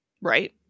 right